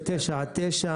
מ-9 ועד 9,